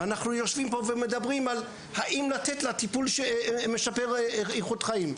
ואנחנו יושבים פה ומדברים על האם לתת לה טיפול משפר איכות חיים.